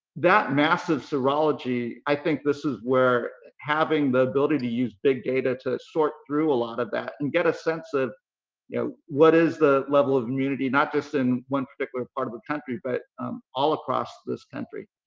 that massive serology, i think this is where having the ability to use big data to sort through a lot of that and get a sense of you know what is the level of immunity, not just in one particular part of the country but all across this country.